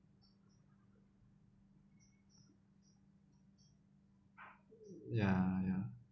ya ya